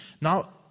Now